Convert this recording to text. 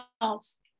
else